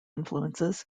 influences